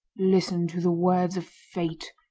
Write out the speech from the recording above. listen to the words of fate.